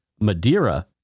Madeira